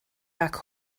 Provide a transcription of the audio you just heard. back